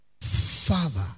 Father